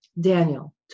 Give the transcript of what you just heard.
Daniel